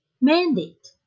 mandate